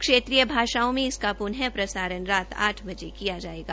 क्षेत्रीय भाषाओं में इसका प्न प्रसारण रात आठ किया जायेगा